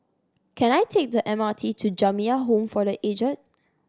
can I take the M R T to Jamiyah Home for The Aged